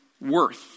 worth